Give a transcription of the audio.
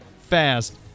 fast